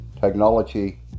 Technology